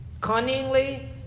cunningly